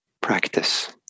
practice